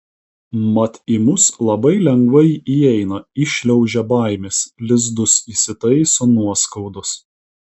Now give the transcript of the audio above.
mat į mus labai lengvai įeina įšliaužia baimės lizdus įsitaiso nuoskaudos